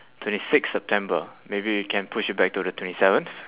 twenty sixth september maybe we can push it back to the twenty seventh